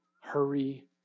hurry